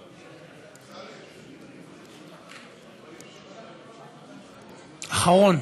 אחרון.